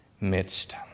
midst